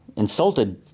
Insulted